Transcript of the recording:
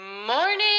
Morning